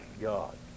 God